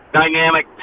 dynamic